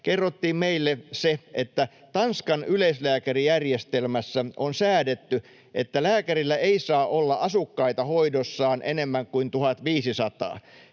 kerrottiin meille se, että Tanskan yleislääkärijärjestelmässä on säädetty, että lääkärillä ei saa olla asukkaita hoidossaan enemmän kuin 1 500.